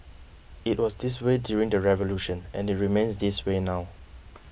it was this way during the revolution and it remains this way now